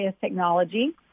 Technology